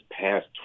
past